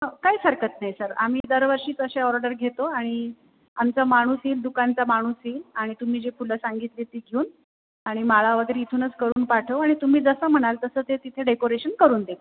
हो काहीच हरकत नाही सर आम्ही दरवर्षी तसे ऑर्डर घेतो आणि आमचा माणूस येईल दुकानाचा माणूस येईल आणि तुम्ही जे फुलं सांगितली आहेत ती घेऊन आणि माळा हव्या तर इथूनच करून पाठवू आणि तुम्ही जसं म्हणाल तसं ते तिथे डेकोरेशन करून देतील